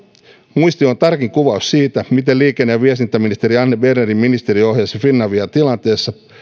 muistio on tarkin kuvaus siitä miten liikenne ja viestintäministeri anne bernerin ministeriö ohjasi finaviaa tilanteessa